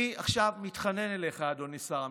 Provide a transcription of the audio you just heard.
אני עכשיו מתחנן אליך, אדוני שר המשפטים,